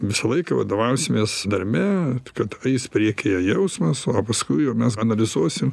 visą laiką vadovausimės darbe kad eis priekyje jausmas o paskui jau mes analizuosim